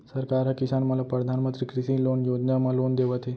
सरकार ह किसान मन ल परधानमंतरी कृषि लोन योजना म लोन देवत हे